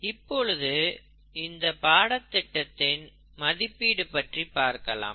இப்பொழுது இந்த பாடத்திட்டத்தின் மதிப்பீடு பற்றி பார்க்கலாம்